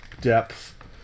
depth